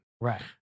Right